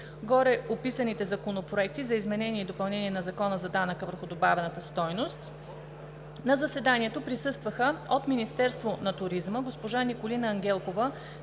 гореописаните законопроекти за изменение и допълнение на Закона за данъка върху добавената стойност. На заседанието присъстваха: от Министерството на туризма: госпожа Николина Ангелкова